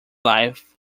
life